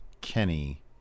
kenny